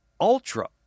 ultra